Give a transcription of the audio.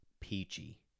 peachy